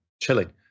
chilling